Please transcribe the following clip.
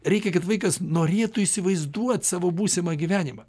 reikia kad vaikas norėtų įsivaizduot savo būsimą gyvenimą